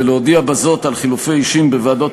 ולהודיע בזאת על חילופי אישים בוועדות.